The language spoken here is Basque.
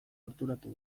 gerturatu